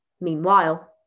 Meanwhile